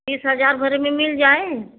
बीस हजार भरे में मिल जाई